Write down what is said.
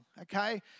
Okay